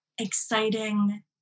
exciting